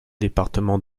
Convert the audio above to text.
département